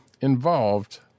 involved